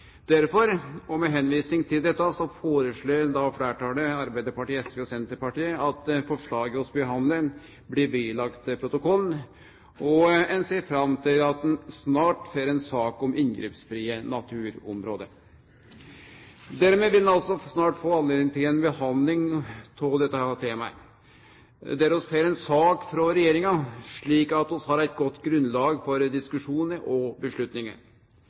Derfor, og med tilvising til dette, foreslår fleirtalet – Arbeidarpartiet, SV og Senterpartiet – at forslaget vi behandlar, blir lagt ved protokollen, og vi ser fram til at vi snart får ei sak om inngrepsfrie naturområde. Dermed vil ein snart få høve til å behandle dette temaet, der vi får ei sak frå regjeringa, slik at vi har eit godt grunnlag for diskusjonar og